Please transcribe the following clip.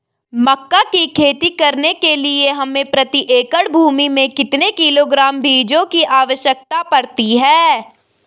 मक्का की खेती करने के लिए हमें प्रति एकड़ भूमि में कितने किलोग्राम बीजों की आवश्यकता पड़ती है?